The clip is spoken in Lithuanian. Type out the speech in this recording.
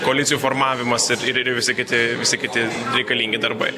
koalicijų formavimas ir visi kiti visi kiti reikalingi darbai